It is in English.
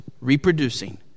reproducing